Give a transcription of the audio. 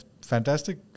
Fantastic